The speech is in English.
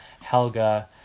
Helga